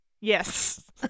Yes